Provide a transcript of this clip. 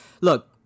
Look